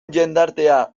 jendartea